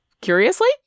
curiously